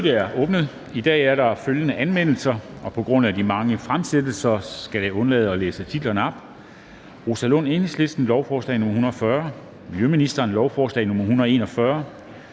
I dag er der følgende anmeldelser, og på grund af de mange fremsættelser skal jeg undlade at læse titlerne op: Rosa Lund (EL) m.fl.: Lovforslag nr. L 140 (Forslag til lov